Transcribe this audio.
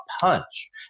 punch